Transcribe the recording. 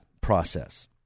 process